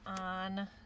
on